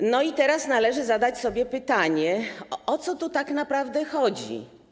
I teraz należy zadać sobie pytanie: O co tu tak naprawdę chodzi?